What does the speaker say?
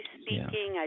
speaking